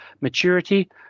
maturity